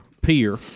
pier